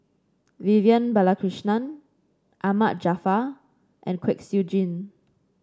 Vivian Balakrishnan Ahmad Jaafar and Kwek Siew Jin